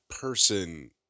person